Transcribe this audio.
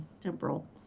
Temporal